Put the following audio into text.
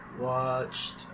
watched